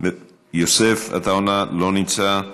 לא נמצא,